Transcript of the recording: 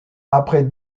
après